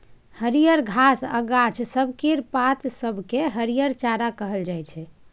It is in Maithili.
हरियर घास आ गाछ सब केर पात सब केँ हरिहर चारा कहल जाइ छै